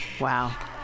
Wow